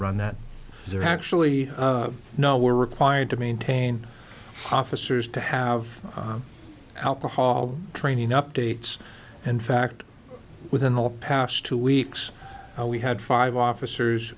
run that they're actually no we're required to maintain officers to have alcohol training updates and fact within the past two weeks we had five officers